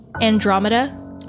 Andromeda